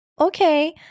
Okay